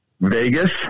Vegas